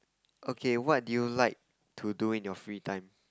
okay what did you like to do in your free time